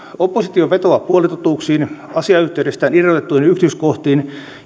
oppositio vetoaa puolitotuuksiin asiayhteydestään irrotettuihin yksityiskohtiin